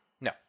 no